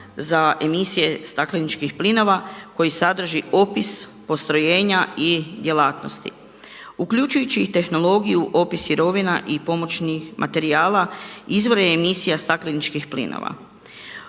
za emisije stakleničkih plinova koji sadrži opis postrojenja i djelatnosti, uključujući i tehnologiju opis sirovina i pomoćnih materijala izvore emisija stakleničkih plinova.